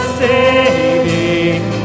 saving